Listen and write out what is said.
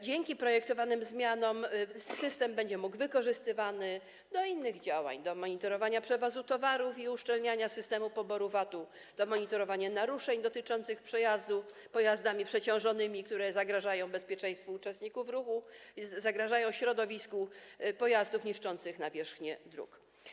Dzięki projektowanym zmianom system będzie mógł być wykorzystywany do innych działań - do monitorowania przewozu towarów i uszczelniania systemu poboru VAT-u oraz do monitorowania naruszeń dotyczących przejazdów pojazdami przeciążonymi, które zagrażają bezpieczeństwu uczestników ruchu i środowisku, a także dotyczących pojazdów niszczących nawierzchnię dróg.